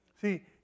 See